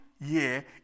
year